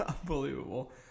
Unbelievable